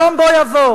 שלום בוא יבוא.